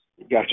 Gotcha